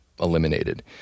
eliminated